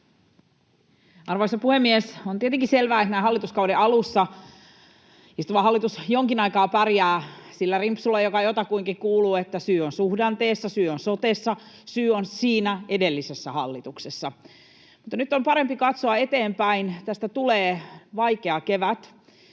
Arvoisa puhemies! On tietenkin selvää, että näin hallituskauden alussa istuva hallitus jonkin aikaa pärjää sillä rimpsulla, joka jotakuinkin kuuluu, että syy on suhdanteessa, syy on sotessa, syy on siinä edellisessä hallituksessa, mutta nyt on parempi katsoa eteenpäin. Tästä tulee vaikea kevät,